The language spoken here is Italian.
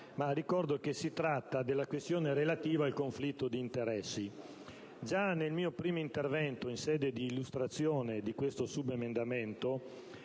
ricordo che si tratta della questione relativa al conflitto di interessi. Già nel mio primo intervento, in sede di illustrazione di questo subemendamento,